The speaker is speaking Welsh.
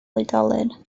oedolyn